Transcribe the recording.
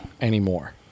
anymore